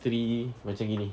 three macam gini